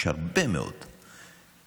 יש הרבה מאוד שמסתכלים,